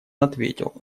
ответил